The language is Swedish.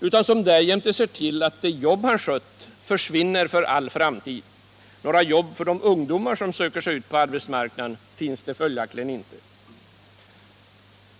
utan som därjämte ser till att det jobb han skött försvinner för all framtid. Några jobb för de ungdomar som söker sig ut på arbetsmarknaden finns följaktligen inte.